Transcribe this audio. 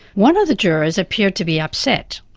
one of the jurors appeared to be upset,